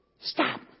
Stop